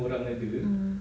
mm